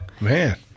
Man